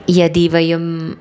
यदि वयम्